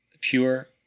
pure